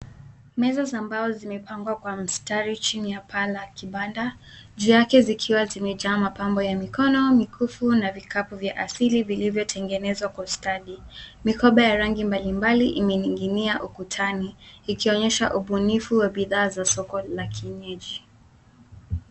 Meza za mbao zimepangwa kwa mstari chini ya paa la kibanda, juu yake zikiwa zimejaa mapambo ya mikono, mikufu na vikapu vya asili vilivyo tengenezwa kwa ustadi. Mikoba ya rangi mbalimbali imening'inia ukutani ikionyesha ubunifu wa bidhaa za soko la kienyeji.